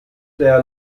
der